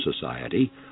Society